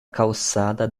calçada